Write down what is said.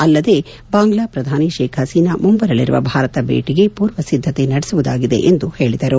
ಅಲ್ಲದೆ ಬಾಂಗ್ಲಾ ಪ್ರಧಾನಿ ಶೇಕ್ ಹಸೀನಾ ಮುಂಬರಲಿರುವ ಭಾರತ ಭೇಟಿಗೆ ಪೂರ್ವ ಸಿದ್ದತೆಯನ್ನು ನಡೆಸುವುದಾಗಿದೆ ಎಂದು ಹೇಳಿದರು